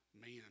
man